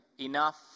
enough